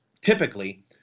typically